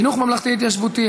חינוך ממלכתי התיישבותי),